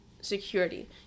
security